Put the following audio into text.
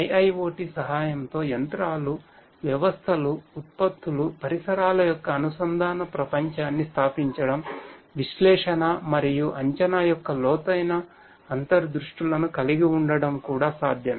IIoT సహాయంతో యంత్రాలు వ్యవస్థలు ఉత్పత్తులు పరిసరాల యొక్క అనుసంధాన ప్రపంచాన్ని స్థాపించడం విశ్లేషణ మరియు అంచనా యొక్క లోతైన అంతర్దృష్టులను కలిగి ఉండటం కూడా సాధ్యమే